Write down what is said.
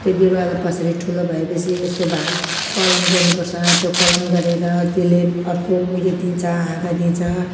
त्यो बिरुवालाई पछाडि ठुलो भएपछि यस्तो भए कलम गर्नुपर्छ त्यो कलम गरेर त्यसले अर्को उयो दिन्छ हाँगा दिन्छ